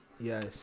Yes